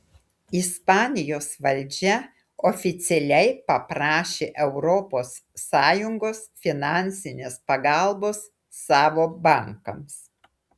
ispanijos valdžia oficialiai paprašė europos sąjungos finansinės pagalbos savo bankams